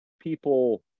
people